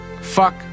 fuck